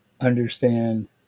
understand